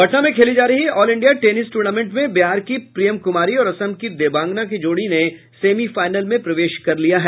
पटना में खेली जा रही ऑल इंडिया टेनिस टूर्नामेंट में बिहार की प्रियम कुमारी और असम की देबांगना की जोड़ी ने सेमी फाइनल में प्रवेश कर लिया है